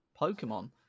Pokemon